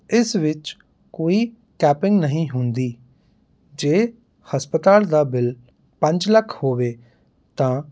ਇਸ ਵਿੱਚ ਕੋਈ ਕੈਪਿੰਗ ਨਹੀਂ ਹੁੰਦੀ ਜੇ ਹਸਪਤਾਲ ਦਾ ਬਿੱਲ ਪੰਜ ਲੱਖ ਹੋਵੇ ਤਾਂ